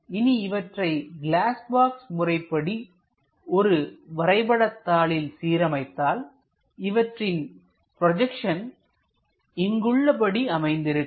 இனி இவற்றை glass box முறைப்படி ஒரு வரைபடதாளில் சீரமைத்தால் இவற்றின் ப்ரொஜெக்ஷன் இங்குள்ள படி அமைந்திருக்கும்